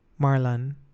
Marlon